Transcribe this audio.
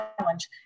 challenge